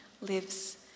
lives